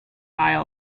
aisle